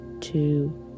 two